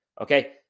okay